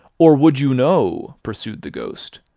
or would you know, pursued the ghost,